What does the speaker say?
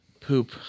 poop